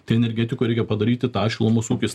tai energetikoj reikia padaryti tą šilumos ūkis